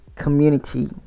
community